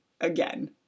again